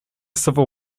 civil